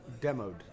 demoed